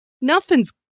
nothing's